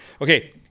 Okay